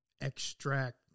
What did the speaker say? extract